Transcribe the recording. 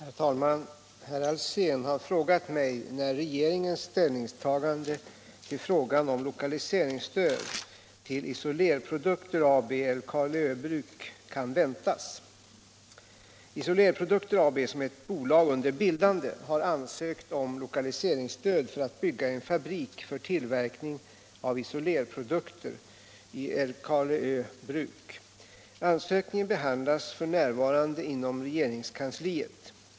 Herr talman! Herr Alsén har frågat mig när regeringens ställningstagande till frågan om lokaliseringsstöd till Isolerprodukter AB, Älvkarleö Bruk, kan väntas. Isolerprodukter AB, som är ett bolag under bildande, har ansökt om lokaliseringsstöd för att bygga en fabrik för tillverkning av isolerprodukter i Älvkarleö Bruk. Ansökningen behandlas f. n. inom regeringskansliet.